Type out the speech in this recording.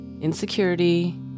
insecurity